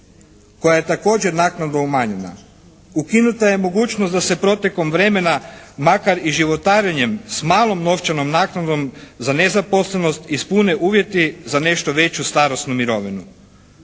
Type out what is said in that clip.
koja je također naknadno umanjena. Ukinuta je mogućnost da se protekom vremena makar i životarenjem s malom novčanom naknadom za nezaposlenost ispune uvjeti za nešto veću starosnu mirovnu.